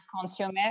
consumer